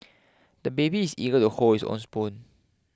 the baby is eager to hold his own spoon